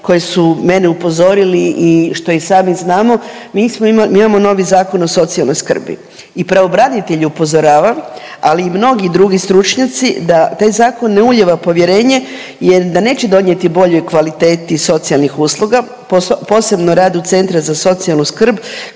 koje su mene upozorili i što i sami znamo, mi smo imali, mi imamo novi Zakon o socijalnoj skrbi i pravobranitelji upozoravaju, ali i mnogi drugi stručnjaci da taj zakon ne ulijeva povjerenje jel da neće donijeti boljoj kvaliteti socijalnih usluga, posebno radu centra za socijalnu skrb